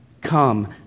come